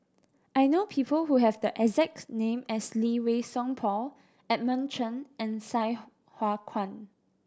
I know people who have the exact name as Lee Wei Song Paul Edmund Chen and Sai Hua Kuan